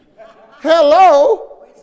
Hello